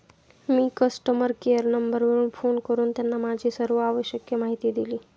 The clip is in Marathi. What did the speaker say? मी कस्टमर केअर नंबरवर फोन करून त्यांना माझी सर्व आवश्यक माहिती दिली